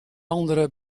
andere